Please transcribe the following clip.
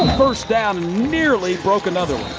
first down. nearly broke another